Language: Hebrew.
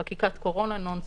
חקיקת קורונה נון סטופ.